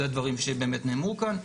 זה הדברים שבאמת נאמרו כאן,